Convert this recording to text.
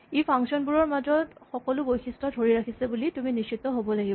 ই function বোৰৰ মাজৰ সকলো বৈশিষ্ট ধৰি ৰাখিছে বুলি তুমি নিশ্চিত হ'ব লাগিব